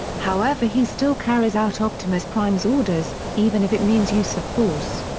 however he still carries out optimus prime's orders, even if it means use of force.